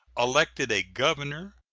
elected a governor,